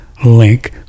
Link